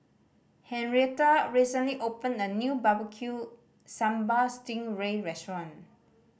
Henrietta recently opened a new Barbecue Sambal sting ray restaurant